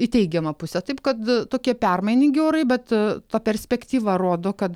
į teigiamą pusę taip kad tokie permainingi orai bet ta perspektyva rodo kad